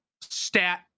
Stat